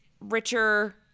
richer